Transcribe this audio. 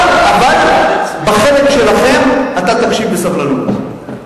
אבל בחלק שלכם, אתה תקשיב בסבלנות.